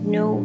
no